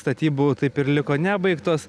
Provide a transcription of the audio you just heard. statybų taip ir liko nebaigtos